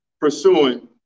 pursuing